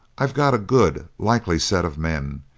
i've got a good, likely set of men,